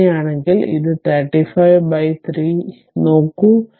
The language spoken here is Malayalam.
അങ്ങനെയാണെങ്കിൽ ഈ 35 ബൈ 3 നോക്കൂ